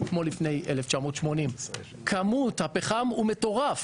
כמו לפני 1980. כמות הפחם הוא מטורף,